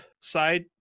side